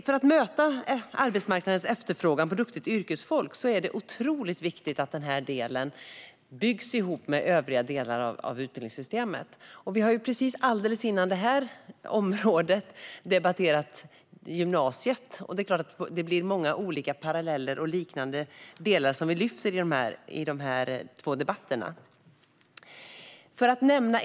För att möta arbetsmarknadens efterfrågan på duktigt yrkesfolk är det otroligt viktigt att den här delen byggs ihop med övriga delar av utbildningssystemet. Vi har alldeles före detta debatterat gymnasieskolan, och det är klart att det blir många paralleller och liknande delar som lyfts fram i de två debatterna.